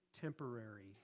temporary